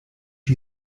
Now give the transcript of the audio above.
you